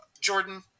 Jordan